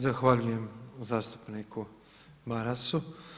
Zahvaljujem zastupniku Marasu.